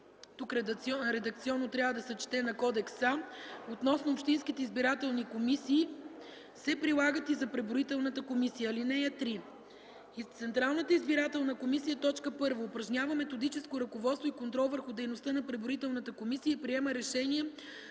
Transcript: (тук редакционно трябва да се чете „на кодекса”) относно общинските избирателни комисии се прилагат и за преброителната комисия. (3) Централната избирателна комисия: 1. упражнява методическо ръководство и контрол върху дейността на преброителната комисия и приема решение